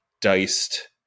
diced